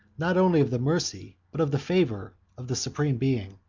not only of the mercy, but of the favor, of the supreme being.